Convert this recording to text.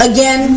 Again